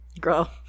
Girl